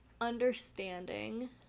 understanding